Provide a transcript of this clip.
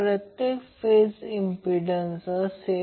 आणि Y connected load balance असेल